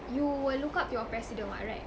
you will look up your president [what] right